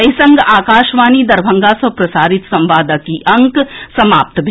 एहि संग आकाशवाणी दरभंगा सँ प्रसारित संवादक ई अंक समाप्त भेल